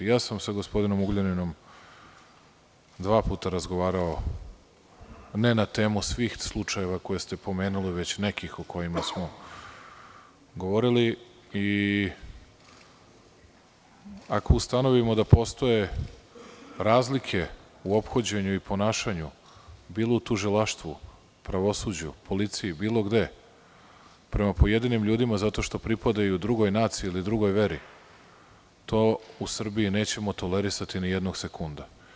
Ja sam sa gospodinom Ugljaninom dva puta razgovarao, ne na temu svih slučajeva koje ste pomenuli, već nekih o kojima smo govorili i ako ustanovimo da postoje razlike u ophođenju i ponašanju, bilo u tužilaštvu, pravosuđu, bilo gde, prema pojedinim ljudima zato što pripadaju drugoj naciji ili drugoj veri, to u Srbiji nećemo tolerisati ni jednog sekunda.